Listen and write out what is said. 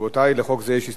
רבותי, לחוק זה יש הסתייגויות,